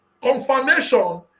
Confirmation